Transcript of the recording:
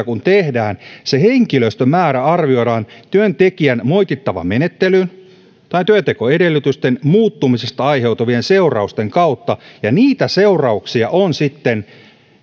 kun tehdään se henkilöstömäärä arvioidaan työntekijän moitittavan menettelyn tai työntekoedellytysten muuttumisesta aiheutuvien seurausten kautta ja niitä seurauksia on sitten